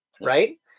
Right